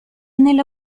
nella